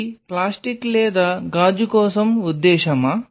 ఇది ప్లాస్టిక్ లేదా గాజు కోసం ఉద్దేశ్యమా